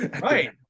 right